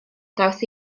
draws